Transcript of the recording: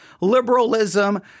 liberalism